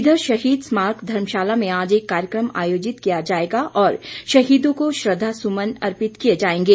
इधर शहीद स्मार्क धर्मशाला में आज एक कार्यक्रम आयोजित किया जाएगा और शहीदों को श्रद्वा सुमन अर्पित किए जाएंगे